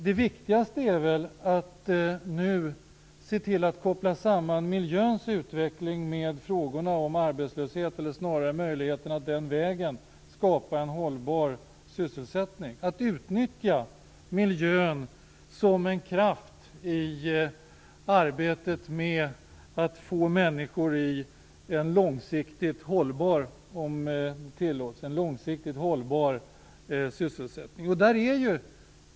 Det viktigaste är väl nu att se till att miljöns utveckling kopplas samman med möjligheterna att den vägen skapa en hållbar sysselsättning. Det gäller att utnyttja miljön som en kraft i arbetet med att få människor i en långsiktigt hållbar, om detta tillåts, sysselsättning.